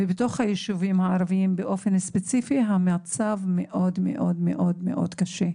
ובתוך היישובים הערביים באופן ספציפי המצב מאוד מאוד מאוד קשה.